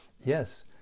Yes